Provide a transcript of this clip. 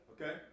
Okay